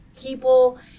people